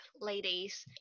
ladies